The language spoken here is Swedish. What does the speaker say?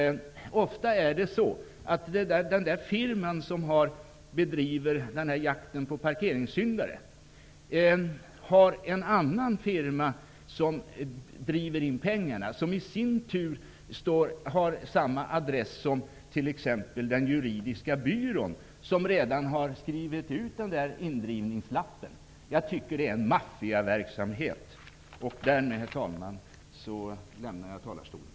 Ofta har den firma som bedriver jakt på parkeringssyndare en annan firma som driver in pengarna och som i sin tur har samma adress som t.ex. den juridiska byrån, som redan har skrivit ut indrivningslappen. Jag tycker att det handlar om en maffiaverksamhet. Därmed, herr talman, lämnar jag talarstolen.